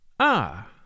Ah